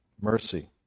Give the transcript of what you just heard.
mercy